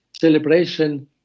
celebration